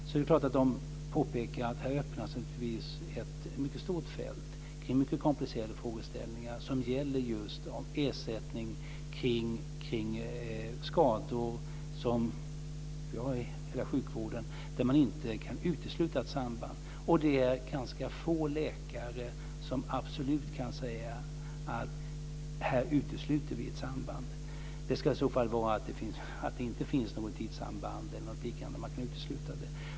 Det är klart att de då påpekar att det naturligtvis öppnas ett mycket stort fält kring mycket komplicerade frågeställningar som gäller just ersättning för skador inom hela sjukvården där man inte kan utesluta ett samband. Det är ganska få läkare som absolut kan säga att de utesluter ett samband. Det skulle i så fall vara att det inte finns något tidssamband eller något liknande så att man kan utesluta det.